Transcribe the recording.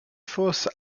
fosses